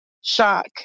shock